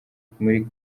kuri